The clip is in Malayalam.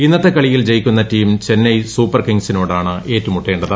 ഇന്നത്തെ കളിയിൽ ജയിക്കുന്ന ടീം ചെന്നൈ സൂപ്പർ കിംഗ്സിനോടാണ് ഏറ്റുമുട്ടേണ്ടത്